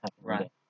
Right